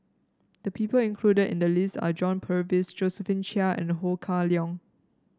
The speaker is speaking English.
the people included in the list are John Purvis Josephine Chia and Ho Kah Leong